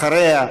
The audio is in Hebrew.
אחריה,